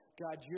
God